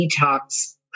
detox